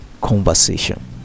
conversation